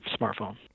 smartphone